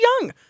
young